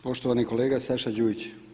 Poštovani kolega SAša Đujić.